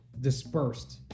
dispersed